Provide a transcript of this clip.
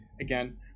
again